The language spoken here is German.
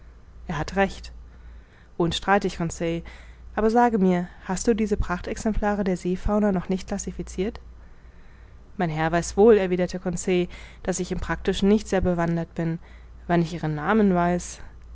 er hat recht unstreitig conseil aber sage mir hast du diese prachtexemplare der seefauna noch nicht classificirt mein herr weiß wohl erwiderte conseil daß ich im praktischen nicht sehr bewandert bin wann ich ihre namen weiß